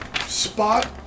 Spot